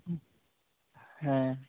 ᱦᱮᱸ